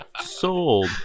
sold